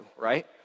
right